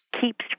keeps